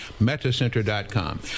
metacenter.com